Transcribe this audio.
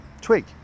twig